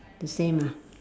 the same ah